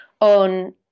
on